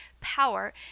power